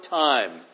time